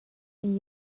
این